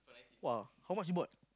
!wow! how much you bought